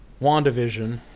WandaVision